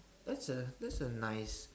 that's a that's a nice